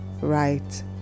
right